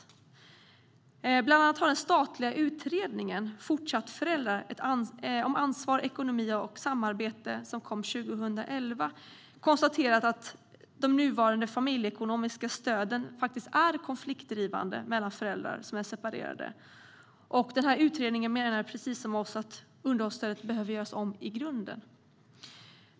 Till exempel konstaterade den statliga utredningen Fortsatt föräldrar - om ansvar, ekonomi och samarbete för barnets skull , som kom 2011, att de nuvarande familjeekonomiska stöden faktiskt är konfliktdrivande mellan föräldrar som är separerade. I utredningen menade man, precis som vi, att underhållsstödet behöver göras om i grunden.